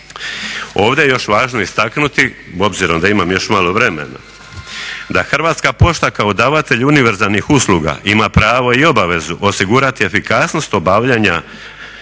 Ovdje je još važno istaknuti, obzirom da imam još malo vremena, da Hrvatska pošta kao davatelj univerzalnih usluga ima pravo i obavezu osigurati efikasnost obavljanja